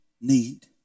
need